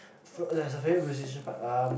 for there's a favorite musician part um